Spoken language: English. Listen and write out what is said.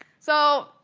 so,